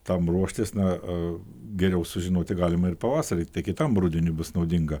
tam ruoštis na geriau sužinoti galima ir pavasarį kitam rudeniui bus naudinga